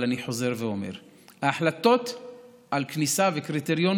אבל אני חוזר ואומר: ההחלטות על כניסה וקריטריון